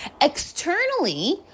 Externally